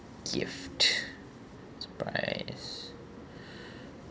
gift surprise